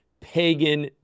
pagan